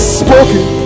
spoken